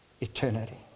eternity